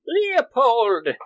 Leopold